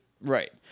Right